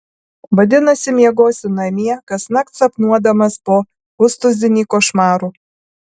vadinasi miegosi namie kasnakt sapnuodamas po pustuzinį košmarų